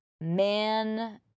man